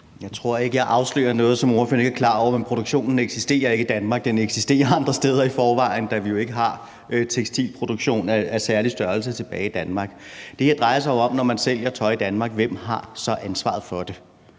Jeg tror ikke, at jeg afslører noget, som ordføreren ikke er klar over, men tekstilproduktionen eksisterer ikke i Danmark – den eksisterer andre steder – da vi jo ikke har nogen tekstilproduktion af særlig størrelse tilbage i Danmark. Det her drejer sig jo om, hvem der har ansvaret for det,